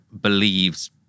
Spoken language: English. believes